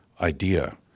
idea